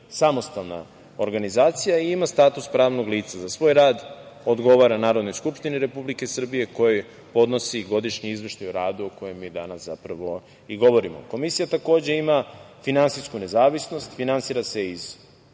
samostalna organizacija i ima status pravnog lica. Za svoj rad odgovara Narodnoj skupštini Republike Srbije kojoj podnosi godišnji izveštaj o radu o kojem mi danas i govorimo. Komisija takođe ima finansijsku nezavisnost. Finansira se,